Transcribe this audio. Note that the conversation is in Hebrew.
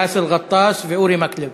באסל גטאס ואורי מקלב.